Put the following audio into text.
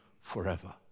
forever